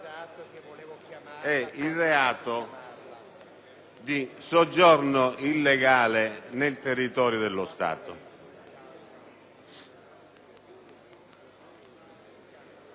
e il reato di soggiorno illegale nel territorio dello Stato.